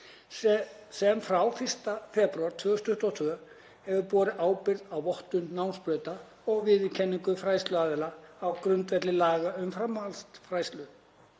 sem frá 1. febrúar 2022 hefur borið ábyrgð á vottun námsbrauta og viðurkenningu fræðsluaðila á grundvelli laga um framhaldsfræðslu.